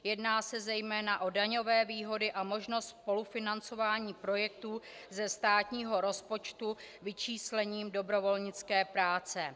Jedná se zejména o daňové výhody a možnost spolufinancování projektů ze státního rozpočtu vyčíslením dobrovolnické práce.